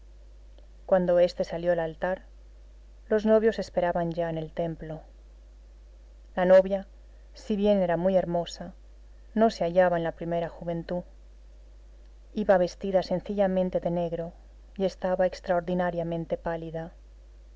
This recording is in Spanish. cuando este salió al altar los novios esperaban ya en el templo la novia si bien era muy hermosa no se hallaba en la primera juventud iba vestida sencillamente de negro y estaba extraordinariamente pálida